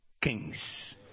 kings